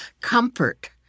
comfort